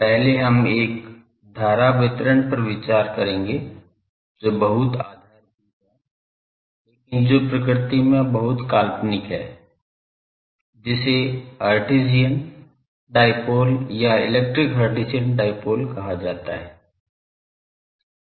पहले हम एक धारा वितरण पर विचार करेंगे जो बहुत आधारभूत है लेकिन जो प्रकृति में बहुत काल्पनिक है जिसे हर्ट्ज़ियन डायपोल या इलेक्ट्रिक हर्ट्ज़ियन डायपोल कहा जाता है